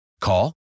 Call